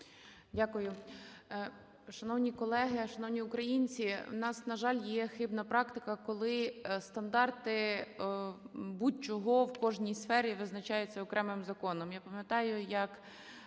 Дякую. Шановні колеги! Шановні українці! У нас, на жаль, є хибна практика, коли стандарти будь-чого в кожній сфері визначаються окремим законом.